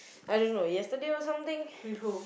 I don't know yesterday or something